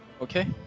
Okay